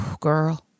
girl